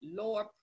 lower